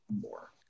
more